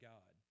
God